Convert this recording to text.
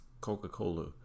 coca-cola